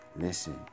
Listen